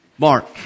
Mark